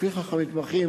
ולפיכך המתמחים